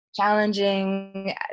Challenging